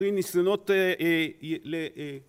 בניסיונות אה... אה... ל... אה...